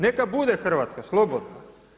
Neka bude Hrvatska slobodna.